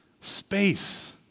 space